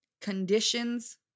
Conditions